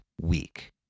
week